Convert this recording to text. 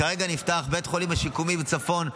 כרגע נפתח בית חולים שיקומי בצפון,